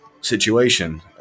situation